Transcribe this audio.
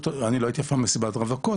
אני לא הייתי אף פעם במסיבת רווקת,